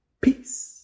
Peace